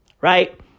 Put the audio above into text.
Right